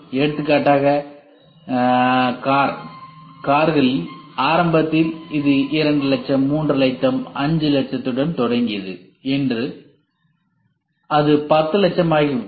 எடுத்துக்காட்டாக கார் கார்கள் ஆரம்பத்தில் இது 2 லட்சம் 3 லட்சம் 5 லட்சத்துடன் தொடங்கியது என்று இன்று அது 10 லட்சமாகிவிட்டது